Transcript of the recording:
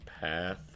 path